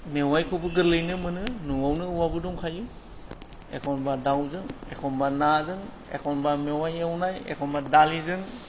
मेवाइखौबो गोरलैयैनो मोनो न'आवनो औवाबो दंखायो एखनबा दावजों एखनबा नाजों एखमबा मेवाइ एवनाय एखमबा दालिजों